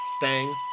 bang